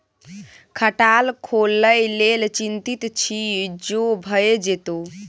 खटाल खोलय लेल चितिंत छी जो भए जेतौ